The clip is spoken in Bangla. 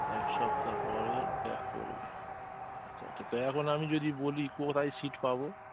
এক সপ্তাহ পরে ব্যাক করবে আচ্ছা আচ্ছা তা এখন আমি যদি বলি কোথায় সিট পাবো